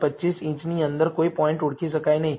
25 ઇંચની અંદર કોઈ પોઇન્ટ ઓળખી શકાય નહીં